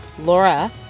Laura